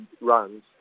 runs